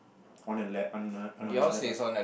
on a le~ on another level